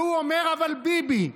והוא אומר: אבל ביבי.